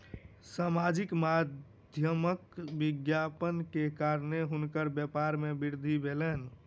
सामाजिक माध्यमक विज्ञापन के कारणेँ हुनकर व्यापार में वृद्धि भेलैन